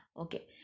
okay